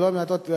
ולא מעטות,